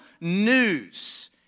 news